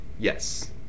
Yes